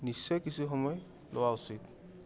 নিশ্চয় কিছু সময় লোৱা উচিত